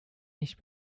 nicht